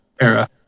era